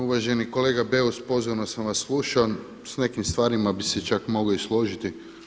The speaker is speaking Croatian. Uvaženi kolega Beus pozorno sam vas slušao, s nekim stvarima bih se čak mogao i složiti.